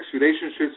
relationships